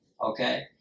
Okay